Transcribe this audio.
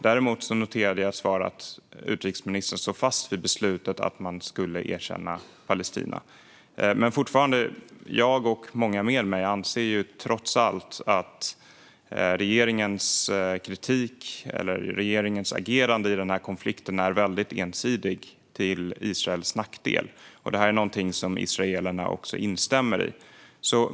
Däremot noterade jag att utrikesministern står fast vid beslutet att erkänna Palestina. Jag och många med mig anser trots allt att regeringens agerande i denna konflikt är väldigt ensidigt, till Israels nackdel - något som israelerna instämmer i.